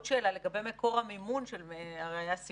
מיתוך